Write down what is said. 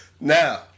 Now